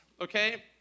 okay